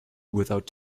without